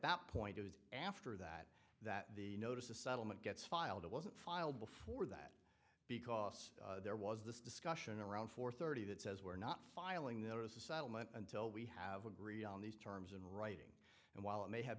that point it was after that that the notice a settlement gets filed it wasn't filed before because there was this discussion around four thirty that says we're not filing the notice a settlement until we have agreed on these terms in writing and while it may have